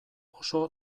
oso